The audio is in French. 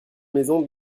maison